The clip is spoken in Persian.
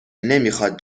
نمیخواد